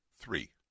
Three